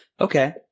okay